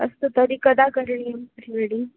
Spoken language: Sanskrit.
अस्तु तर्हि कदा करणीयं प्रीवेडिङ्ग्